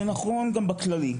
זה נכון גם בכללי,